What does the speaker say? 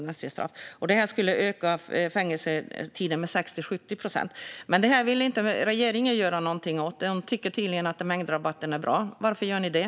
Det här skulle öka fängelsetiden med 60-70 procent. Regeringen verkar dock inte vilja göra någonting åt detta. Ni tycker tydligen att mängdrabatten är bra. Varför gör ni det?